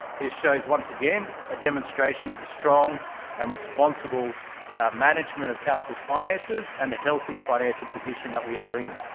this shows once again a demonstration of the strong and responsible management of council's finances, and the healthy financial position that we are in.